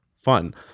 fun